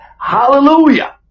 hallelujah